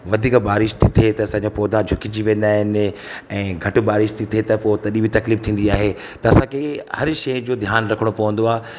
वधीक बारिश थी थिए त पौधा झुकिजी वेंदा आहिनि ऐं घटि बारिश थी थिए त पोइ तॾहिं बि तकलीफ़ु थींदी आहे त असांखे हर शइ जो ध्यानु रखिणो पवंदो आहे